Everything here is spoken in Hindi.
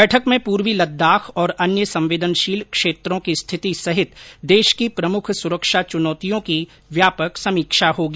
बैठक में पूर्वी लद्दाख और अन्य संवेदनशील क्षेत्रों की स्थिति सहित देश की प्रमुख सुरक्षा चूनौयिों की व्यापक समीक्षा होगी